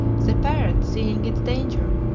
the parrot, seeing its danger,